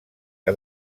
que